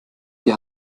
die